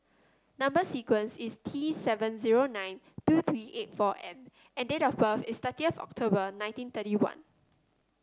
number sequence is T seven zero nine two three eight four M and date of birth is thirty of October nineteen thirty one